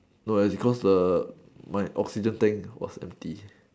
no as in cause the my oxygen tank was empty